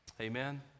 Amen